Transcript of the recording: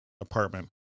apartment